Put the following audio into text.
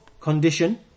condition